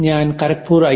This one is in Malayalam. ഞാൻ ഖരഗ്പൂർ ഐ